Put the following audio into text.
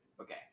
okay